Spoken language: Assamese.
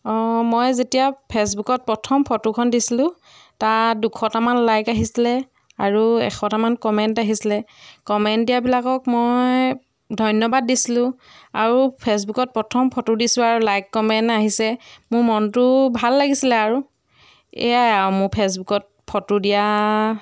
অঁ মই যেতিয়া ফে'চবুকত প্ৰথম ফটোখন দিছিলোঁ তাত দুশটামান লাইক আহিছিলে আৰু এশটামান কমেণ্ট আহিছিলে কমেণ্ট দিয়াবিলাকক মই ধন্যবাদ দিছিলোঁ আৰু ফে'চবুকত প্ৰথম ফটো দিছোঁ আৰু লাইক কমেণ্ট আহিছে মোৰ মনটো ভাল লাগিছিলে আৰু এয়াই আৰু মোৰ ফে'চবুকত ফটো দিয়া